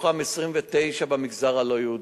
29 במגזר הלא-יהודי.